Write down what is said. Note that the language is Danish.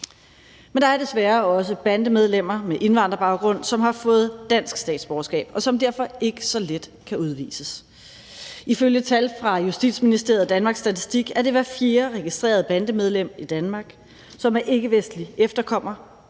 Men der er desværre også bandemedlemmer med indvandrerbaggrund, som har fået dansk statsborgerskab, og som derfor ikke så let kan udvises. Ifølge tal fra Justitsministeriet og Danmarks Statistik er det hver fjerde registrerede bandemedlem i Danmark, som er ikkevestlig efterkommer